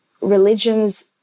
religions